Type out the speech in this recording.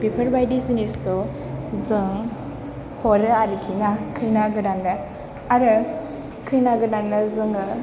बेफोरबायदि जिनिसखौ जों हरो आरोखि ना खैना गोदाननो आरो खैना गोदाननो जोङो